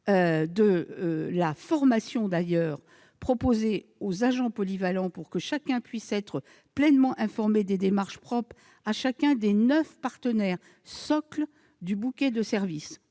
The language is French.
de la formation proposée aux agents polyvalents pour que chacun puisse être pleinement informé des démarches propres à chacun des neufs partenaires-socles du bouquet de services